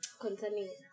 concerning